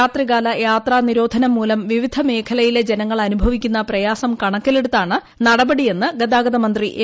രാത്രികാല യാത്രാ നിരോധനം മൂലം വിവിധ മേഖലയിലെ ജനങ്ങൾ അനുഭവിക്കുന്ന പ്രയാസം കണക്കിലെടുത്താണ് നടപടിയെന്ന് ഗതാഗതമന്ത്രി എ